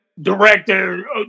director